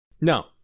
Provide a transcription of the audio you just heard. No